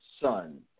son